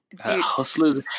Hustlers